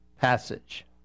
passage